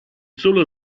solo